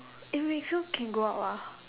eh wait so can go out lah